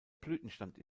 blütenstand